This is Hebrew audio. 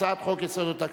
הצעת חוק יסודות התקציב,